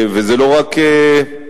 זו לא רק זכות,